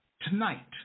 Tonight